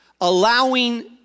allowing